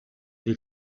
del